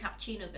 cappuccino